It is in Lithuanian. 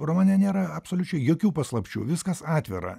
romane nėra absoliučiai jokių paslapčių viskas atvira